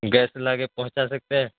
gas لا کے پہنچا سکتے ہیں